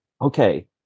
okay